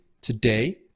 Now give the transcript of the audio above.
today